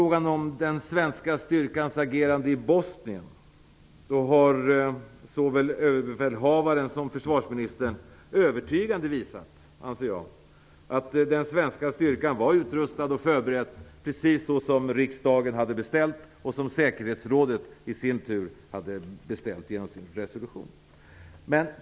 I frågan om den svenska styrkans agerande i Bosnien har såväl överbefälhavaren som försvarsministern övertygande visat, anser jag, att den svenska styrkan var utrustad och förberedd precis så som riksdagen hade beställt, och som säkerhetsrådet i sin tur hade beställt genom sin resolution.